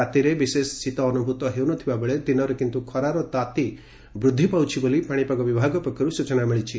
ରାତିରେ ବିଶେଷ ଶୀତ ଅନୁଭ୍ରତ ହେଉ ନ ଥିବାବେଳେ ଦିନରେ କିନ୍ତୁ ଖରାର ତାତି ବୃଦ୍ଧି ପାଉଛି ବୋଲି ପାଶିପାଗ ବିଭାଗ ପକ୍ଷରୁ ସୂଚନା ମିଳିଛି